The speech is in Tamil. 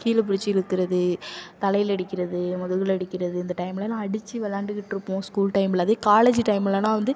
கீழே பிடிச்சி இழுக்கிறது தலையில் அடிக்கிறது முதுகில் அடிக்கிறது இந்த டைம்லலாம் அடிச்சு விளாண்டுக்கிட்டு இருப்போம் ஸ்கூல் டைம்ல அதே காலேஜ் டைம்லனால் வந்து